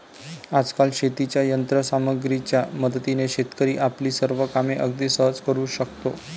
आजकाल शेतीच्या यंत्र सामग्रीच्या मदतीने शेतकरी आपली सर्व कामे अगदी सहज करू शकतो